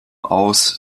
aus